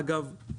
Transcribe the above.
אגב,